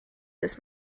this